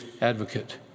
advocate